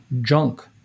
junk